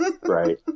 Right